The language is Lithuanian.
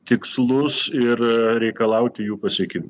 tikslus ir reikalauti jų pasiekimų